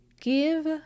Give